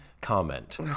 comment